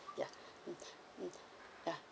ya mm mm ya